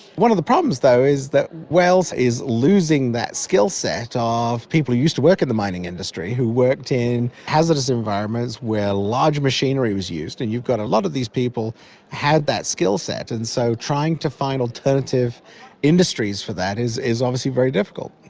one of the problems though is that wales is losing that skillset ah of people who used to work in the mining industry, who worked in hazardous environments where large machinery was used, and you've got a lot of these people who had that skillset, and so trying to find alternative industries for that is is obviously very difficult.